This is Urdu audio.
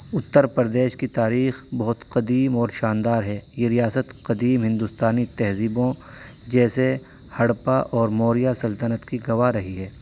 اتر پردیش کی تاریخ بہت قدیم اور شاندار ہے یہ ریاست قدیم ہندوستانی تہذیبوں جیسے ہڑپہ اور موریہ سلطنت کی گواہ رہی ہے